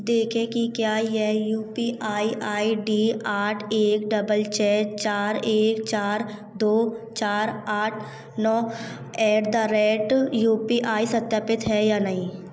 देखें कि क्या यह U P I I D आठ एक डबल छः चार एक चार दो चार आठ नौ at the rate U P I सत्यापित है या नहीं